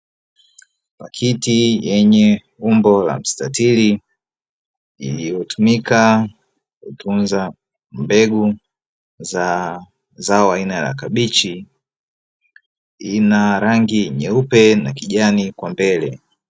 Pakiti yenye umbo la msitatiri iliyotumika kutunza mbegu za zao aina ya kabichi ina rangi nyeupe na kijani kwa mbele .